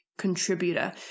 contributor